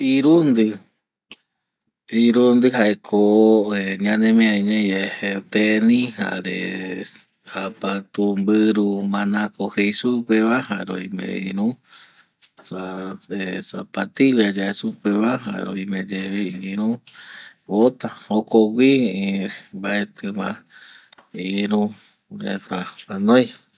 Irundi irundi jaeko ˂hesitation˃ ñanemiari ñai jae tenis jare japatu mbiru manaco jei supe va jare oime iru zapatilla yae supe va jare oime yeva iru ota jokgüi mbaeti ma iru reta anoi